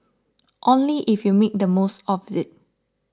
only if you make the most of it